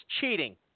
cheating